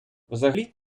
взагалі